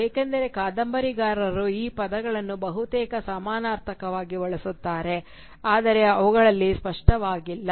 ಏಕೆಂದರೆ ಕಾದಂಬರಿಕಾರರು ಈ ಪದಗಳನ್ನು ಬಹುತೇಕ ಸಮಾನಾರ್ಥಕವಾಗಿ ಬಳಸುತ್ತಾರೆ ಆದರೆ ಅವುಗಳು ಸ್ಪಷ್ಟವಾಗಿಲ್ಲ